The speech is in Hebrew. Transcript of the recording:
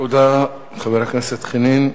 תודה, חבר הכנסת חנין.